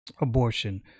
Abortion